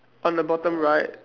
on the bottom right